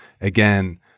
again